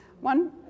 One